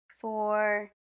four